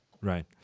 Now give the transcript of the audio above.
Right